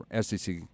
SEC